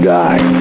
die